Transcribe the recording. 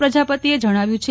પ્રજાપતિએ જણાવ્યું છે